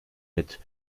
mit